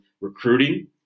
recruiting